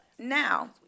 Now